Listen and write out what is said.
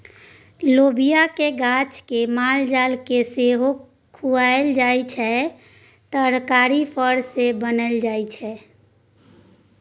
लोबियाक गाछ केँ मालजाल केँ सेहो खुआएल जाइ छै आ तरकारी फर सँ बनै छै